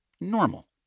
Normal